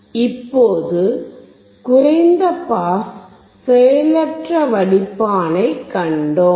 இப்போது குறைந்த பாஸ் செயலற்ற வடிப்பானைக் கண்டோம்